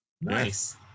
Nice